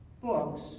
Books